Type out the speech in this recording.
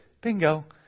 bingo